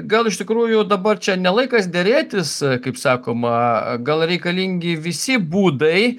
gal iš tikrųjų dabar čia ne laikas derėtis kaip sakoma gal reikalingi visi būdai